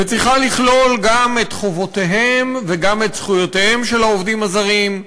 וצריכה לכלול גם את חובותיהם וגם את זכויותיהם של העובדים הזרים,